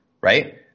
right